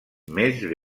més